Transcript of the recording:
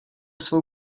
svou